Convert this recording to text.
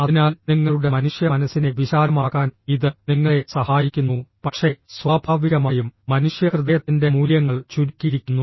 അതിനാൽ നിങ്ങളുടെ മനുഷ്യ മനസ്സിനെ വിശാലമാക്കാൻ ഇത് നിങ്ങളെ സഹായിക്കുന്നു പക്ഷേ സ്വാഭാവികമായും മനുഷ്യഹൃദയത്തിന്റെ മൂല്യങ്ങൾ ചുരുക്കിയിരിക്കുന്നു